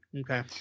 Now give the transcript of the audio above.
okay